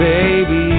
Baby